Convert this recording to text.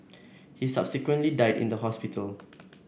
he subsequently died in the hospital